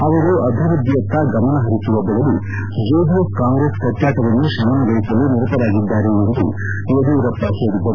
ಅವರು ಅಭಿವೃದ್ದಿಯತ್ತ ಗಮನಪರಿಸುವ ಬದಲು ಜೆಡಿಎಸ್ ಕಾಂಗ್ರೆಸ್ ಕಚ್ಚಾಟವನ್ನು ಶಮನಗೊಳಿಸಲು ನಿರತರಾಗಿದ್ದಾರೆ ಎಂದು ಯಡಿಯೂರಪ್ಪ ಹೇಳಿದರು